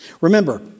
Remember